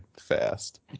fast